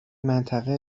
منطقه